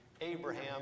Abraham